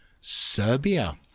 Serbia